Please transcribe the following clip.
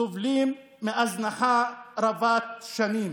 סובלים מהזנחה רבת-שנים.